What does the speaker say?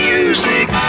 Music